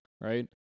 right